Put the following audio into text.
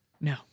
No